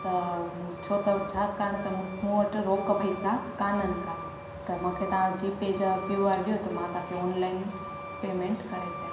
त छो त छाकाणि त मूं वटि रोक पैसा काननि का त मूंखे तव्हां जी पे जा क्यू आर ॾियो त मां तव्हांखे ऑनलाइन पेमेंट करे सघां